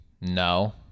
No